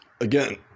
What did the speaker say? Again